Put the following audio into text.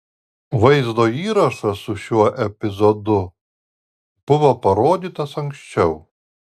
vaizdo įrašas su šiuo epizodu buvo parodytas anksčiau